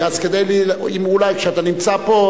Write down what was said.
אז אולי כשאתה נמצא פה,